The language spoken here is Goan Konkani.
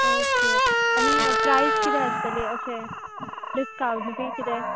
ओके आनी प्रायस किदें आसतली अशे डिसकावण्ट बी किदें